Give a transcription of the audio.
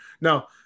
Now